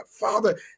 Father